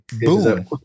Boom